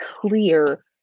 clear